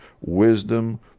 wisdom